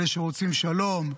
אלה שרוצים שלום,